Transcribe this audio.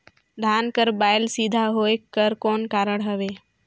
धान कर बायल सीधा होयक कर कौन कारण हवे?